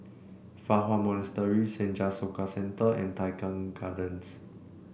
Fa Hua Monastery Senja Soka Centre and Tai Keng Gardens